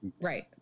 Right